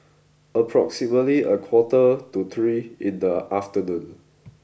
approximately a quarter to three in the afternoon